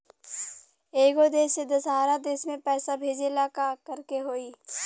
एगो देश से दशहरा देश मे पैसा भेजे ला का करेके होई?